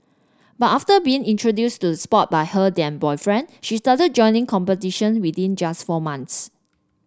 but after being introduced to the sport by her then boyfriend she started joining competition within just four months